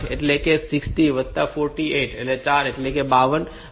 તેથી આ તેને 60 48 વત્તા ચાર એટલે 52 બનાવે છે